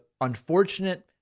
unfortunate